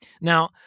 Now